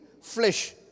flesh